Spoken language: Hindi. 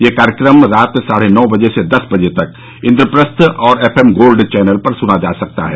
यह कार्यक्रम रात साढे नौ बजे से दस बजे तक इन्द्रप्रस्थ और एफ एम गोल्ड चैनल पर सुना जा सकता है